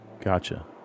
Gotcha